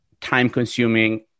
time-consuming